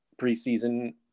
preseason